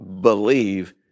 believe